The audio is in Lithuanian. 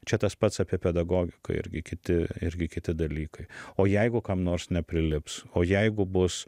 čia tas pats apie pedagogiką irgi kiti irgi kiti dalykai o jeigu kam nors neprilips o jeigu bus